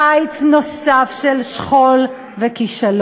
לא לקיץ נוסף של שכול וכישלון,